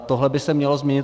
Tohle by se mělo změnit.